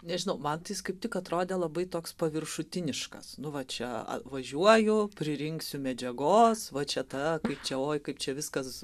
nežinau man tai jis kaip tik atrodė labai toks paviršutiniškas nu va čia važiuoju pririnksiu medžiagos va čia ta kai čia oi kaip čia viskas